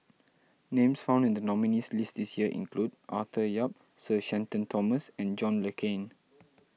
names found in the nominees' list this year include Arthur Yap Sir Shenton Thomas and John Le Cain